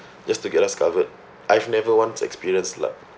just to get us covered I've never once experienced lah